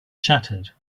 shattered